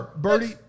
Birdie